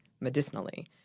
medicinally